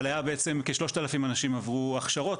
אבל היה בעצם כ-3,000 אנשים עברו הכשרות,